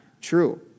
true